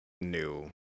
new